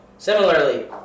Similarly